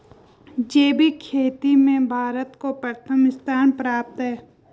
जैविक खेती में भारत को प्रथम स्थान प्राप्त है